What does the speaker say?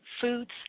foods